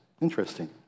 Interesting